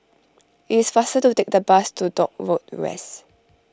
it is faster to take the bus to Dock Road West